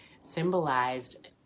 symbolized